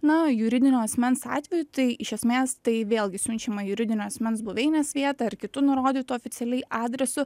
na o juridinio asmens atveju tai iš esmės tai vėlgi siunčiama juridinio asmens buveinės vietą ar kitu nurodytu oficialiai adresu